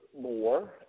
more